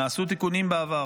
נעשו תיקונים בעבר,